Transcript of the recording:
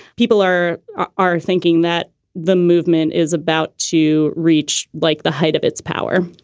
people are are are thinking that the movement is about to reach like the height of its power.